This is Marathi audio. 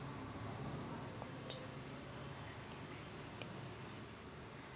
कोनच्या कोंबडीचं आंडे मायासाठी बेस राहीन?